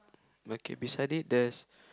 okay beside it there's